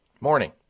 morning